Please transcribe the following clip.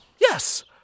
Yes